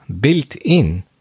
built-in